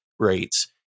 rates